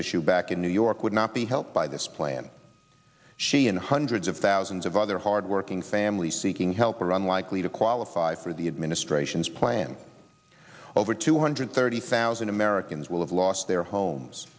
issue back in new york would not be helped by this plan she and hundreds of thousands of other hard working families seeking help around likely to qualify for the administration's plan over two hundred thirty thousand americans will have lost their homes